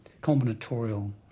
combinatorial